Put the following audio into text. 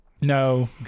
no